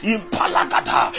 Impalagada